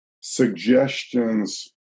suggestions